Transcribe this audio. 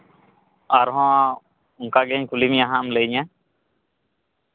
ᱟᱨᱦᱚᱸ ᱚᱱᱠᱟ ᱜᱮᱧ ᱠᱩᱞᱤ ᱢᱮᱭᱟ ᱦᱟᱸᱜᱼᱮᱢ ᱞᱟᱹᱭᱤᱧᱟᱹ